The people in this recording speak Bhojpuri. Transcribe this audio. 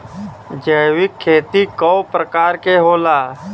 जैविक खेती कव प्रकार के होला?